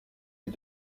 est